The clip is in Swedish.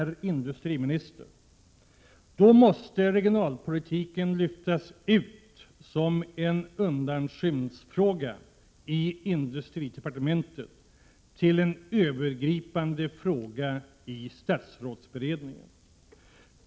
Regionalpolitiken måste, herr industriminister, lyftas fram, från att vara en undanskymd fråga i industridepartementet till att bli en övergripande fråga i statsrådsberedningen.